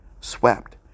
swept